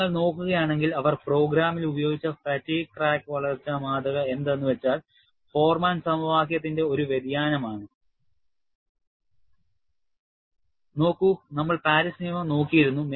നിങ്ങൾ നോക്കുകയാണെങ്കിൽ അവർ പ്രോഗ്രാമിൽ ഉപയോഗിച്ച ഫാറ്റീഗ് ക്രാക്ക് വളർച്ചാ മാതൃക എന്താണ് എന്നുവച്ചാൽ ഫോർമാൻ സമവാക്യത്തിന്റെ ഒരു വ്യതിയാനം ആണ് നോക്കൂ നമ്മൾ പാരീസ് നിയമം നോക്കിയിരുന്നു